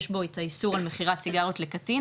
יש בו את האיסור על מכירת סיגריות לקטין,